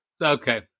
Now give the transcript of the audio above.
Okay